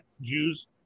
Jews